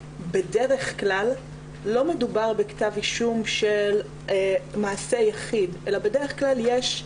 בדרך כלל לא מדובר בכתב אישום של מעשה יחיד אלא בדרך כלל יש,